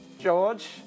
George